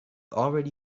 already